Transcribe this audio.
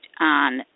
on